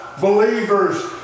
believers